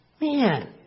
Man